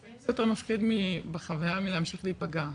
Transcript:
ב': לפעמים זה יותר מפחיד בחוויה מלהמשיך להיפגע.